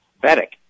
pathetic